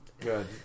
Good